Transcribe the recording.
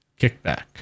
kickback